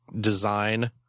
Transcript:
design